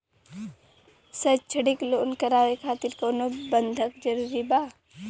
शैक्षणिक लोन करावे खातिर कउनो बंधक जरूरी बा?